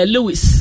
Lewis